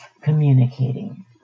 communicating